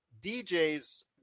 DJs